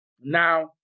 Now